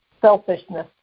selfishness